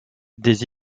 des